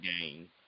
game